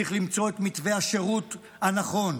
צריך למצוא את מתווה השירות הנכון.